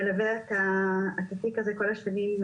מלווה את התיק הזה כל השנים,